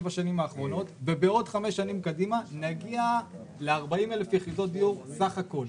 7 שנים האחרונות ובעוד 5 שנים קדימה נגיע ל-40,000 יחידות דיור סך הכול.